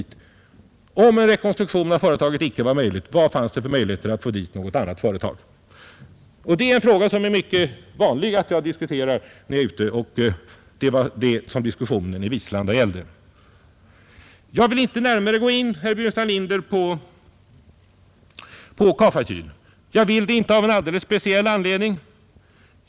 Om en rekonstruktion icke var möjlig, vad fanns det för möjligheter att få dit något annat företag? Det är sådana frågor som jag mycket ofta diskuterar när jag är ute, och det var det som diskussionen i Vislanda gällde. Jag vill inte, herr Burenstam Linder, gå in på Ka-Fa Kyl. Jag vill det inte av en alldeles speciell anledning.